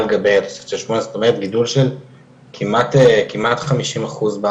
גידול של כמעט חמישים אחוז,